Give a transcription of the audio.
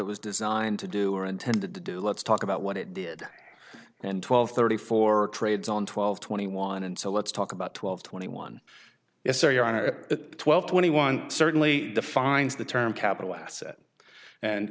it was designed to do or intended to do let's talk about what it did and twelve thirty four trades on twelve twenty one and so let's talk about twelve twenty one yes sir your honor that twelve twenty one certainly defines the term capital asset and